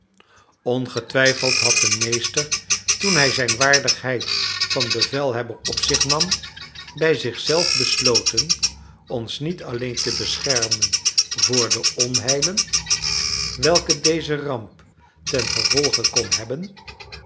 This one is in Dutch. ongetwijfeld had de meester toen hij zijn waardigheid van bevelhebber op zich nam bij zichzelf besloten ons niet alleen te beschermen voor de onheilen welke deze ramp ten gevolge kon hebben